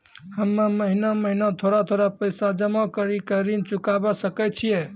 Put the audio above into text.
हम्मे महीना महीना थोड़ा थोड़ा पैसा जमा कड़ी के ऋण चुकाबै सकय छियै?